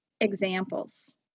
examples